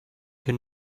you